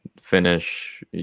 finish